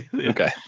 Okay